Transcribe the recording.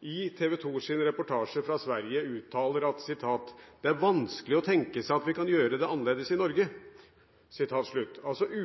i TV 2s reportasje fra Sverige uttaler at det er vanskelig å tenke seg at vi kan gjøre det annerledes i Norge.